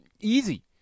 easy